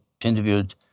interviewed